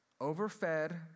overfed